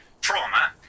trauma